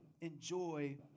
enjoy